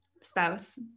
spouse